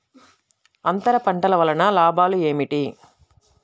అంతర పంటల వలన లాభాలు ఏమిటి?